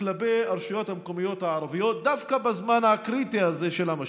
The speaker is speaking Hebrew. כלפי הרשויות המקומיות הערביות דווקא בזמן הקריטי הזה של המשבר.